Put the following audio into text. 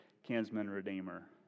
kinsman-redeemer